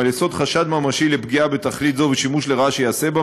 על יסוד חשד ממשי לפגיעה בתכלית זו ושימוש לרעה שייעשה בה,